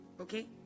Okay